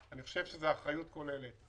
אני חושב שזאת אחריות כוללת.